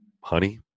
honey